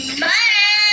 money